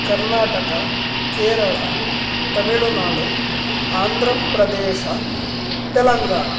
कर्नाटका केरळा तमिळुनाडु आन्ध्रप्रदेशः तेलङ्गाणा